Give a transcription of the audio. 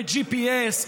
ב-GPS,